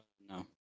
no